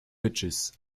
ridges